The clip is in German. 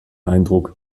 eindruck